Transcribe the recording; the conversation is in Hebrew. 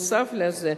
נוסף לזה,